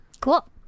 Cool